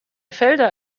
felder